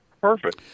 Perfect